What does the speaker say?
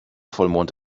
vollmond